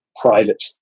private